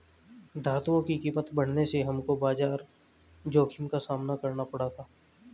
धातुओं की कीमत बढ़ने से हमको बाजार जोखिम का सामना करना पड़ा था